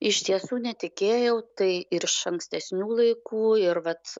iš tiesų netikėjau tai ir iš ankstesnių laikų ir vat